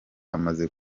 amaze